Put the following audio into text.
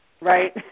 Right